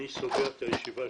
אני סוגר את הישיבה.